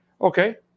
Okay